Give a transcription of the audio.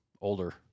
older